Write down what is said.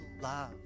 love